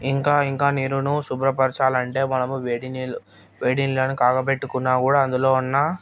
ఇంకా ఇంకా నీరుని శుభ్రపరచాలి అంటే మనము వేడి నీళ్ళు వేడి నీళ్ళుని కాగబెట్టుకున్న కూడా అందులో ఉన్న